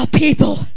people